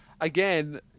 again